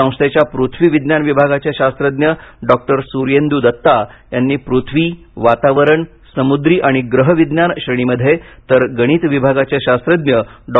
संस्थेच्या पृथ्वी विज्ञान विभागाचे शास्त्रज्ञ डॉ सुर्येंदू दत्ता यांना पृथ्वी वातावरण समुद्री आणि ग्रह विज्ञान श्रेणीमध्ये तर गणित विभागाचे शास्त्रज्ञ डॉ